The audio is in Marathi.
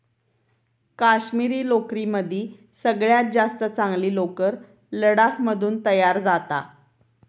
काश्मिरी लोकरीमदी सगळ्यात जास्त चांगली लोकर लडाख मधून तयार जाता